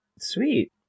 Sweet